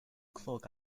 clog